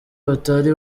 batari